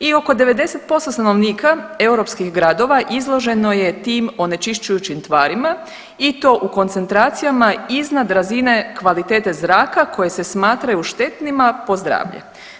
I oko 90% stanovnika europskih gradova izloženo je tim onečišćujućim tvarima i to u koncentracijama iznad razine kvalitete zraka koje se smatraju štetnima po zdravlje.